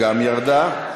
גם ירדה.